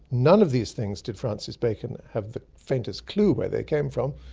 none of these things did francis bacon have the faintest clue where they came from.